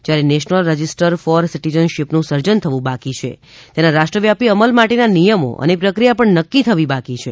જ્યારે national register for સિટિજનશીપનું સર્જન થવું બાકી છે તેના રાષ્ટ્રવ્યાપી અમલ માટેના નિયમો અને પ્રક્રિયા પણ નક્કી થવી બાકી છે